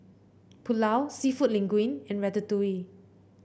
Pulao seafood Linguine and Ratatouille